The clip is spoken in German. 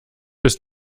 ist